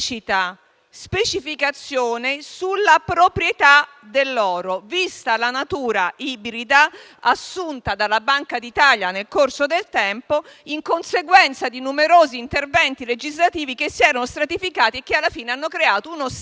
specificazione sulla proprietà dell'oro, vista la natura ibrida assunta dalla Banca d'Italia nel corso del tempo, in conseguenza di numerosi interventi legislativi che si erano stratificati e che, alla fine, hanno creato uno stato di